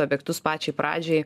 objektus pačiai pradžiai